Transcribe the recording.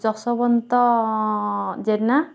Jashobanta Jena